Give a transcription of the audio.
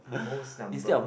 most number